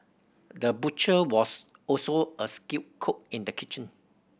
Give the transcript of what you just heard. the butcher was also a skilled cook in the kitchen